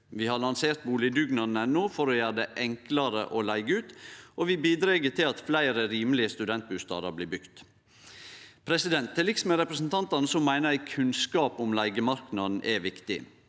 vi har lansert boligdugnaden.no for å gjere det enklare å leige ut, og vi bidreg til at fleire rimelege studentbustader blir bygde. Til liks med representantane meiner eg at kunnskap om leigemarknaden er viktig,